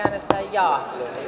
jaa